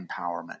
empowerment